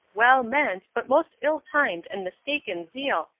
well meant, but most ill-timed and mistaken zeal,